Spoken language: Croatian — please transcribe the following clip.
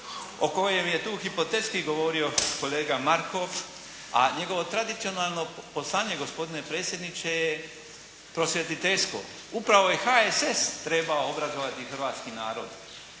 o kojem je tu hipotetski govorio kolega Markov, a njegovo tradicionalno poslanje gospodine predsjedniče je prosvjetiteljsko. Upravo je HSS trebao obrazovati hrvatski narod